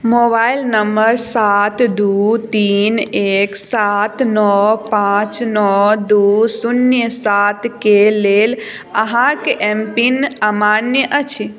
mobile number सात दू तीन एक सात नओ पाँच नओ दू शून्य सातके लेल अहाँक एम पिन अमान्य अछि